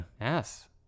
yes